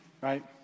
right